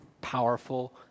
powerful